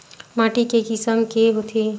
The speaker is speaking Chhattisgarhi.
माटी के किसम के होथे?